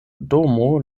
domo